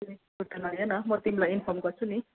तिमी सुर्ता नलेउ न म तिमीलाई इन्फर्म गर्छु नि